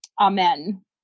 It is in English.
Amen